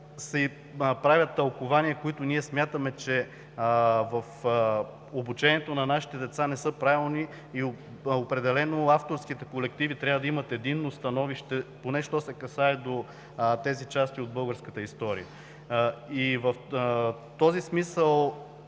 се правят тълкувания, които ние смятаме, че в обучението на нашите деца не са правилни и авторските колективи определено трябва да имат единно становище поне що се касае до тези части от българската история. В този смисъл